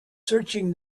searching